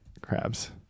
crabs